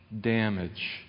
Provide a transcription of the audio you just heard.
damage